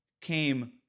came